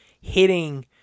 hitting